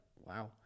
wow